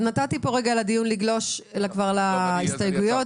לדיון לגלוש להסתייגויות.